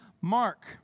Mark